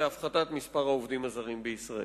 להפחתת מספר העובדים הזרים בישראל.